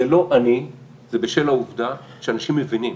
זה לא אני, זה בשל העובדה שאנשים מבינים